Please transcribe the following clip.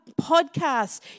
podcasts